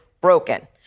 broken